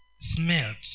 smelt